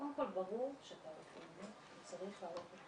קודם כל ברור ש- -- וצריך להעלות את